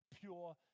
pure